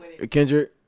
Kendrick